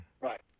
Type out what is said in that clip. Right